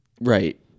Right